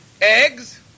eggs